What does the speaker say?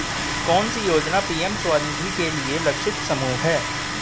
कौन सी योजना पी.एम स्वानिधि के लिए लक्षित समूह है?